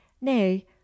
Nay